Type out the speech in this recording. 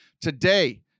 today